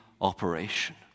operation